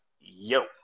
yo